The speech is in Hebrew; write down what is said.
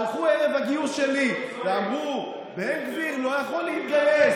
הלכו ערב הגיוס שלי ואמרו: בן גביר לא יכול להתגייס.